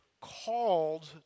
called